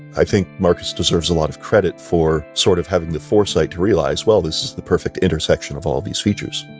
i think marcus deserves a lot of credit for sort of having the foresight to realise well this is the perfect intersection of all these features.